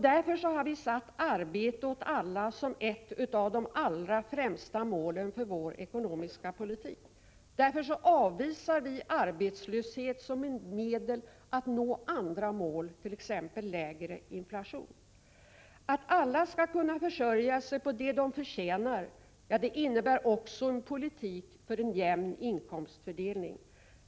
Därför har vi satt upp ”Arbete åt alla” som ett av de allra främsta målen för vår ekonomiska politik. Därför avvisar vi arbetslöshet som ett medel att nå andra mål, t.ex. lägre inflation. Att alla skall kunna försörja sig på det de förtjänar innebär också en politik för en jämn inkomstfördelning.